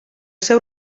seu